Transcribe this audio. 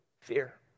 Fear